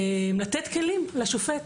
לתת כלים לשופט.